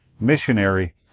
missionary